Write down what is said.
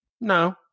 No